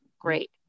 Great